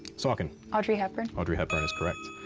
saucon. audrey hepburn? audrey hepburn is correct.